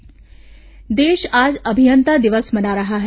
अभियंता दिवस देश आज अभियन्ता दिवस मना रहा है